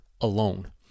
alone